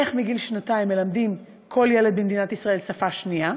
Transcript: איך מגיל שנתיים מלמדים כל ילד במדינת ישראל שפה שנייה,